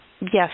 yes